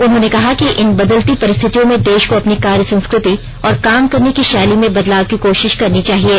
उन्होंने कहा कि इन बदलती परिस्थितियों में देश को अपनी कार्य संस्कृति और काम करने की शैली में बदलाव की कोशिश करनी चाहिये